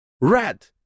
red